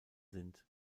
sind